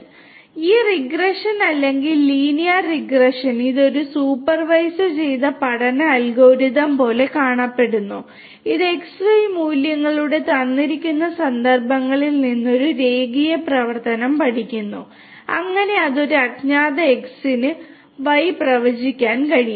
അതിനാൽ ഈ റിഗ്രഷൻ അല്ലെങ്കിൽ ലീനിയർ റിഗ്രഷൻ ഇത് ഒരു സൂപ്പർവൈസുചെയ്ത പഠന അൽഗോരിതം പോലെ കാണപ്പെടുന്നു ഇത് X Y മൂല്യങ്ങളുടെ തന്നിരിക്കുന്ന സന്ദർഭങ്ങളിൽ നിന്ന് ഒരു രേഖീയ പ്രവർത്തനം പഠിക്കുന്നു അങ്ങനെ അത് ഒരു അജ്ഞാത X യ്ക്ക് Y പ്രവചിക്കാൻ കഴിയും